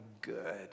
good